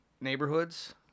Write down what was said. neighborhoods